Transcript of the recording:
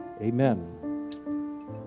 Amen